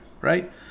right